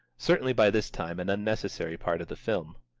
certainly by this time an unnecessary part of the film.